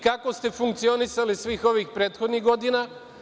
Kako ste funkcionisali svih ovih prethodnih godina?